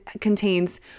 contains